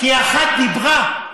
אחת דיברה,